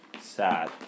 sad